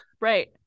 Right